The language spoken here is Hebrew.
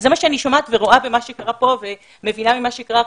זה מה שאני שומעת ורואה במה שקורה פה ומבינה ממה שקרה עכשיו.